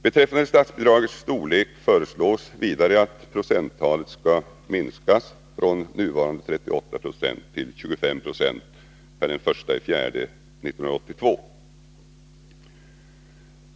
Beträffande statsbidragets storlek föreslås vidare att procenttalet skall sänkas från nuvarande 38 9 till 25 26 per den 1 april 1982.